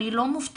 אני לא מופתעת,